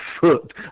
foot